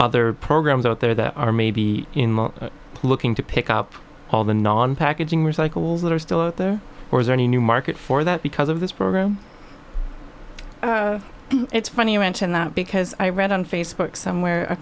other programs out there that are maybe looking to pick up all the non packaging recycles that are still there or are there any new market for that because of this program it's funny you mentioned that because i read on facebook somewhere a